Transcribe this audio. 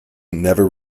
never